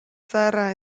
zaharra